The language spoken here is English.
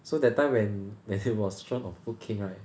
so that time when when it was shown on food king right